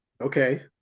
Okay